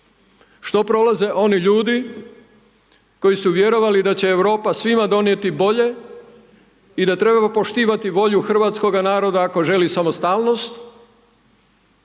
Što prolaze oni ljudi koji su vjerovali da će Europa svima donijeti bolje i da trebaju poštivati volju hrvatskoga naroda ako želi samostalnost